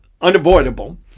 unavoidable